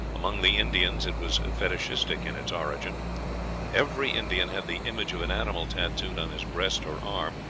among the indians it was fetichistic in its origin every indian had the image of an animal tattooed on his breast or arm,